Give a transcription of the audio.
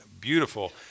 beautiful